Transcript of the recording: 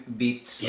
beats